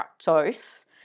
fructose